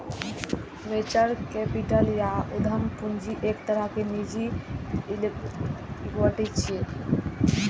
venture capital या उद्यम पूंजी एक तरहक निजी इक्विटी छियै